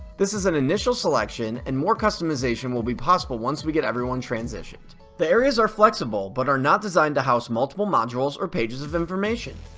this is an initial selection and more customization will be possible once we get everyone transitioned. the areas are flexible, but are not designed to house multiple modules or pages of information.